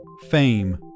Fame